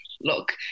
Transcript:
Look